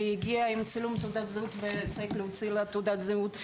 היא הגיע עם צילום תעודת זהות וצריך להוציא לה תעודת זהות.